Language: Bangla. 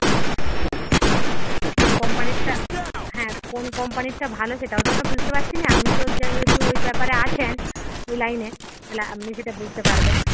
হুম হুম এবার তো কোন কম্পানিরটা হ্যাঁ কোন কম্পানিরটা ভালো সেটাও তো আমরা বুঝতে পারছি না আপনি তো যেহেতু ওই ব্যাপারে আছেন ওই লাইনে তাহলে আপনি সেটা বুঝতে পারবেন